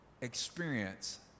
experience